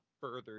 further